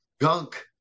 Gunk